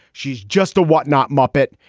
she's just a what-not muppet.